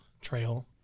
trail